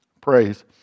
praise